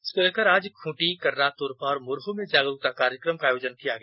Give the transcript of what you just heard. इसको लेकर आज खूंटी कर्रा तोरपा और मुरह् में जागरूकता कार्यक्रम का आयोजन किया गया